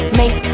make